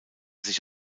sich